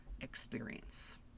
experience